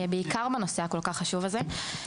בעיקר בנושא הכל כך חשוב הזה.